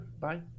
Bye